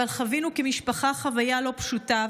אבל חווינו כמשפחה חוויה לא פשוטה,